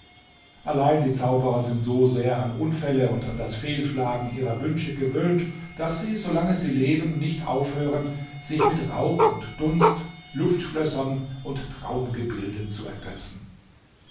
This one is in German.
allein die zauberer sind so sehr an unfälle und an das fehlschlagen ihrer wünsche gewöhnt daß sie solange sie leben nicht aufhören sich mit rauch und dunst luftschlössern und traumgebilden zu ergötzen